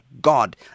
God